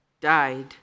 died